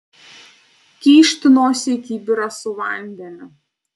kyšt nosį į kibirą su vandeniu